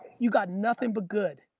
you got nothing but good.